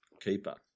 keeper